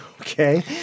Okay